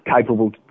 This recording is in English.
capable